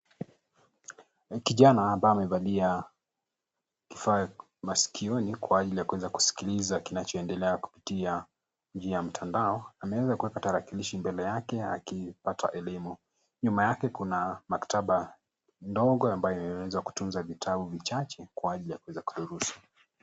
Kijana ambaye amevalia kifaa masikioni kwa ajili ya kuweza kusikiliza kinachoendelea kupitia njia ya mtandao, ameweza kuweka tarakilishi mbele yake akipata elimu. Nyuma yake kuna maktaba ndogo ambayo imeweza kutunza vitabu vichache kwaajili ya kuweza kudurusu.